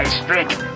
strength